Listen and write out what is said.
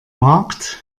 markt